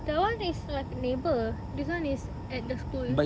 that [one] is like a neighbour this [one] is at the school